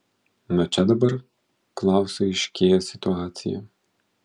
na čia dabar klausui aiškėja situacija